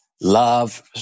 love